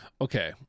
Okay